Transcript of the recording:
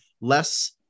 less